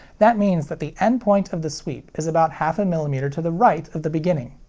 that means that the end point of the sweep is about half a millimeter to the right of the beginning,